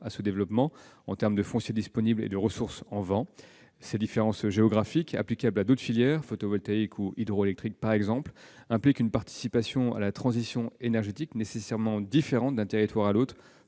à ce développement : foncier disponible et ressources en vent. Ces différences géographiques, applicables à d'autres filières- photovoltaïque ou hydroélectrique, par exemple -, impliquent une participation à la transition énergétique nécessairement différente d'un territoire à l'autre,